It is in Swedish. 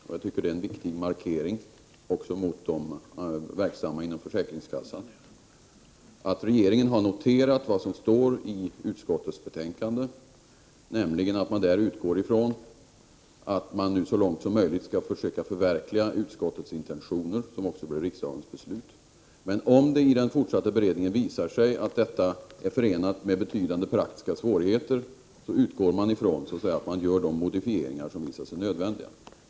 Jag tycker att det är en viktig markering också mot den som är verksam inom försäkringskassan. Regeringen har noterat vad som står i utskottets betänkande, nämligen att man där utgår ifrån att man nu så långt som möjligt skall försöka förverkliga utskottets intentioner, som också blev riksdagens beslut. Men om det i den fortsatta beredningen visar sig att detta är förenat med betydande praktiska svårigheter, utgår man ifrån att de modifieringar som visar sig nödvändiga också görs.